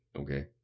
okay